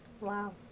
Wow